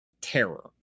terror